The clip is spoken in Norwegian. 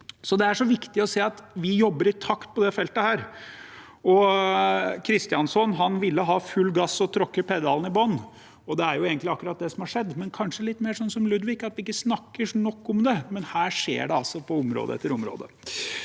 Det er så viktig å se at vi jobber i takt på dette feltet. Kristjánsson ville ha full gass og tråkke pedalen i bånn. Det er jo egentlig akkurat det som har skjedd. Det har kanskje vært litt mer som med Ludvig, at vi ikke snakker nok om det, men her skjer det altså på område etter område.